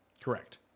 Correct